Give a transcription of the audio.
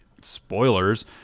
spoilers –